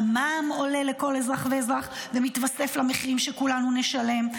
המע"מ עולה לכל אזרח ואזרח ומתווסף למחירים שכולנו נשלם,